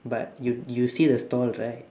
but you you see a stall right